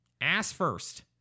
Ass-first